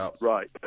Right